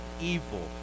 evil